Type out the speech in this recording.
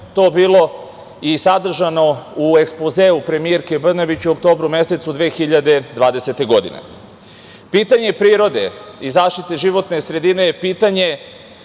to bilo i sadržano u ekspozeu premijerke Brnabić u oktobru mesecu 2020. godine. Pitanje prirode i zaštite životne sredine je pitanje